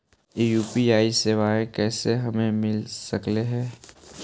UPI सेवाएं कैसे हमें मिल सकले से?